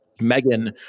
Megan